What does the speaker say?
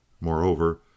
Moreover